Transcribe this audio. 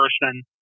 person